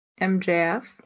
MJF